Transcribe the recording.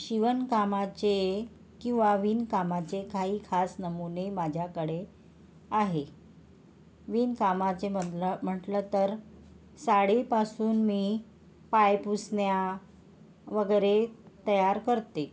शिवणकामाचे किंवा विणकामाचे काही खास नमुने माझ्याकडे आहे विणकामाचे म्हणलं म्हटलं तर साडीपासून मी पायपुसण्या वगैरे तयार करते